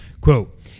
Quote